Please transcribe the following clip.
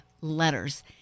letters